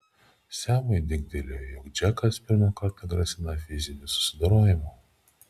semui dingtelėjo jog džekas pirmą kartą grasina fiziniu susidorojimu